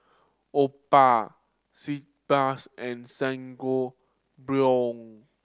Oppa Sitz Bath and Sangobion